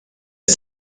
the